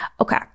Okay